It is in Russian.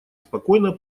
спокойно